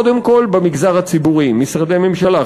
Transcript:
קודם כול במגזר הציבורי: משרדי ממשלה,